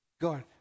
God